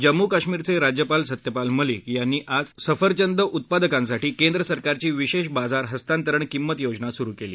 जम्मू कश्मिरचे राज्यपाल सत्यपाल मलिक यांनी आज सफरचंद उत्पादकांसाठी केंद्र सरकारची विशेष बाजार हस्तांतरण किंमत योजना सुरु केली